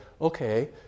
okay